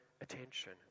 attention